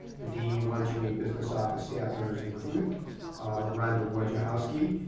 the d one two eight business office staff members include rhonda worjehowski,